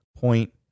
point